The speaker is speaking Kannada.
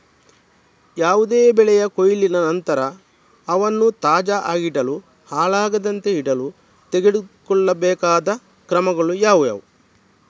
ಯಾವುದೇ ಬೆಳೆಯ ಕೊಯ್ಲಿನ ನಂತರ ಅವನ್ನು ತಾಜಾ ಆಗಿಡಲು, ಹಾಳಾಗದಂತೆ ಇಡಲು ತೆಗೆದುಕೊಳ್ಳಬೇಕಾದ ಕ್ರಮಗಳು ಯಾವುವು?